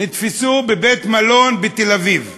נתפסו בבית-מלון בתל-אביב.